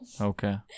Okay